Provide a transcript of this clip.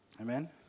Amen